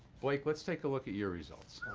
blake, let's take a look at your results.